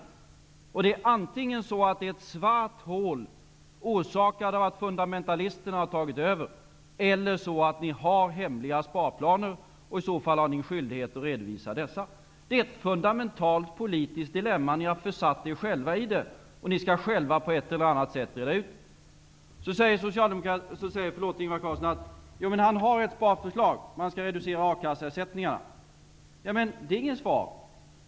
Antingen tyder detta på att det är ett svart hål i den ekonomiska politiken, orskakat av att fundamentalisterna har tagit över, eller på att ni har hemliga sparplaner som ni i så fall har skyldighet att redovisa. Ni har försatt er själva i ett fundamentalt politiskt dilemma. Ni skall själva på ett eller annat sätt reda ut situationen. Ingvar Carlsson har ett sparförslag: man skall reducera ersättningar från A-kassa. Det är inget svar!